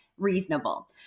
reasonable